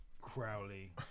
Crowley